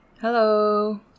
hello